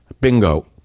Bingo